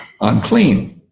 unclean